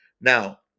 now